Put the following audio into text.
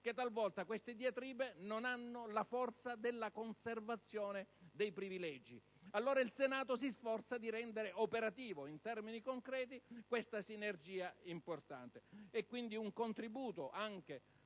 che talvolta queste diatribe non hanno altra forza che la conservazione dei privilegi. Allora, il Senato si sforza di rendere operativa in termini concreti questa sinergia importante. È quindi un contributo, anche